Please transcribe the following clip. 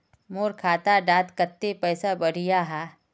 मोर खाता डात कत्ते पैसा बढ़ियाहा?